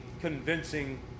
convincing